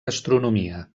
astronomia